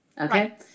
Okay